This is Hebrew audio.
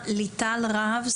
ליטל רהב,